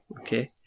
Okay